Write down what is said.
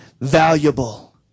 valuable